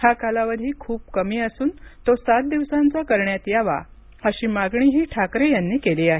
हा कालावधी खूप कमी असून तो सात दिवसांचा करण्यात यावा अशी मागणीही ठाकरे यांनी केली आहे